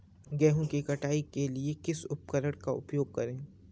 गेहूँ की कटाई करने के लिए किस उपकरण का उपयोग करें?